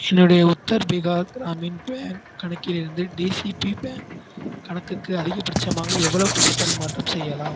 என்னுடைய உத்தர் பீகார் கிராமின் பேங்க் கணக்கிலிருந்து DCB bank கணக்குக்கு அதிகபட்சமாக எவ்வளவு பணப் பரிமாற்றம் செய்யலாம்